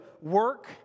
work